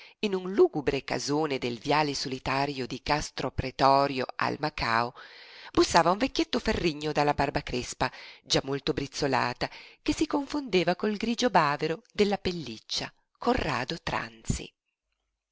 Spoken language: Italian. in un lugubre casone del viale solitario di castro pretorio al macao bussava un vecchietto ferrigno dalla barba crespa già molto brizzolata che si confondeva col grigio bavero della pelliccia corrado tranzi